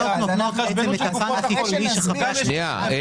האם יש תשובה לגבי הבקשה שלנו של רוב של 80 חברי כנסת?